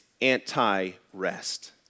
anti-rest